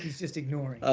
just ignoring.